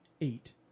eight